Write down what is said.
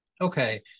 okay